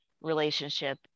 relationship